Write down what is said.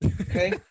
Okay